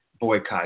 boycott